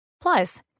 Plus